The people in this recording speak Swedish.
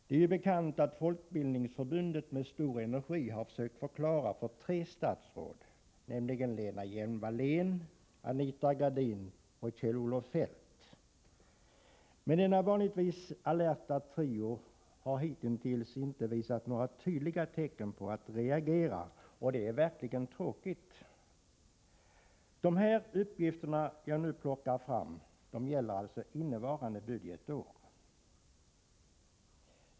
Det är ju bekant att Folkbildningsförbundet med stor energi försökt förklara läget för tre statsråd, nämligen Lena Hjelm-Wallén, Anita Gradin och Kjell-Olof Feldt. Men denna vanligtvis allerta trio har hitintills inte visat några tydliga tecken på att reagera. Det är verkligen tråkigt. De uppgifter som jag nu skall läsa upp gäller innevarande budgetår.